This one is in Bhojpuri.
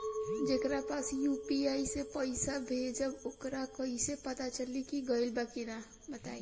जेकरा पास यू.पी.आई से पईसा भेजब वोकरा कईसे पता चली कि गइल की ना बताई?